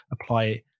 apply